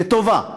לטובה,